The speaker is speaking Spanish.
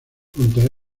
junto